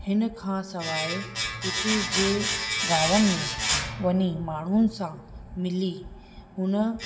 हिन खां सवाइ उते जे गांवनि में वञी माण्हुनि सां मिली हुन